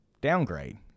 downgrade